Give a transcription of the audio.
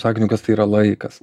sakiniu kas tai yra laikas